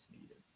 needed